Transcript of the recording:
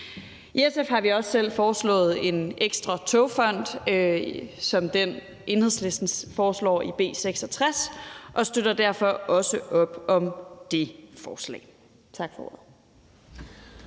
I SF har vi også selv foreslået en ekstra togfond, som den Enhedslisten foreslår i B 66, og støtter derfor også op om det forslag. Tak for ordet.